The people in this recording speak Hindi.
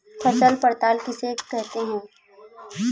फसल पड़ताल किसे कहते हैं?